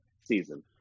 season